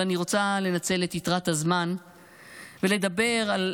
אבל אני רוצה לנצל את יתרת הזמן ולדבר על